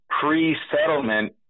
pre-settlement